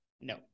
No